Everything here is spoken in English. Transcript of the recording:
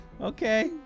Okay